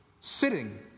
sitting